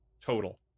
total